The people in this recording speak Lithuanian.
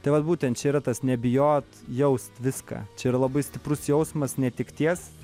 tai vat būtent čia yra tas nebijot jaust viską čia ir labai stiprus jausmas netekties